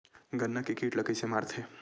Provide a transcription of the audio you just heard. गन्ना के कीट ला कइसे मारथे?